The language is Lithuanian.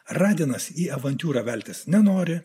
radinas į avantiūrą veltis nenori